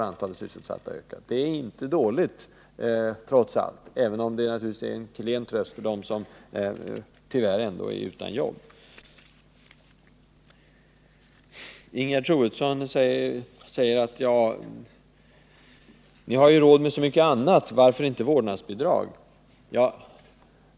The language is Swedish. Det är trots allt inte dåligt, även om det naturligtvis är en klen tröst för dem som tyvärr ändå är utan jobb. Ingegerd Troedsson undrar varför vi inte har råd med ett vårdnadsbidrag när vi har råd med så mycket annat.